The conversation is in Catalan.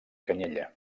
canyella